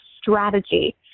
strategy